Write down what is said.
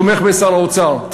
תומך בשר האוצר.